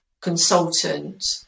consultant